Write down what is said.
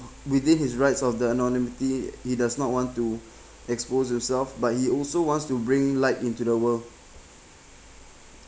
within his rights of the anonymity he does not want to expose himself but he also wants to bring light into the world